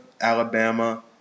Alabama